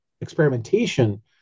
experimentation